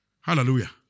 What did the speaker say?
Hallelujah